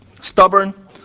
stubborn